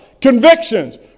Convictions